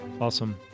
awesome